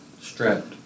Strapped